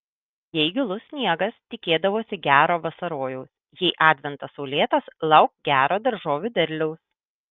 jei gilus sniegas tikėdavosi gero vasarojaus jei adventas saulėtas lauk gero daržovių derliaus